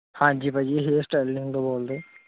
ਹਾਂਜੀ ਭਾਜੀ hair styling ਤੋਂ ਬੋਲਦੇ